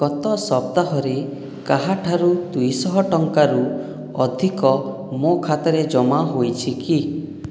ଗତ ସପ୍ତାହରେ କାହାଠାରୁ ଦୁଇଶହ ଟଙ୍କାରୁ ଅଧିକ ମୋ ଖାତାରେ ଜମା ହୋଇଛି କି